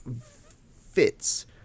fits